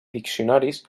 diccionaris